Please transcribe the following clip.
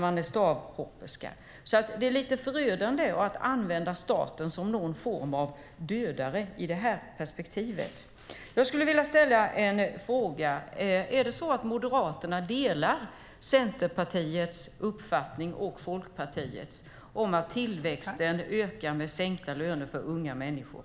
Det är alltså lite förödande att använda staten som någon form av dödare i detta perspektiv. Jag skulle vilja ställa en fråga. Är det så att Moderaterna delar Centerpartiets och Folkpartiets uppfattning att tillväxten ökar med sänkta löner för unga människor?